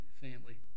family